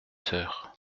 sœur